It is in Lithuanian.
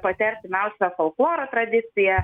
pati artimiausia folkloro tradicija